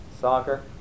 Soccer